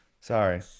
Sorry